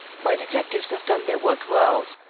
my detectives have done their work well.